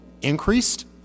increased